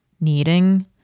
kneading